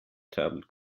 tablet